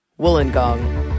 Wollongong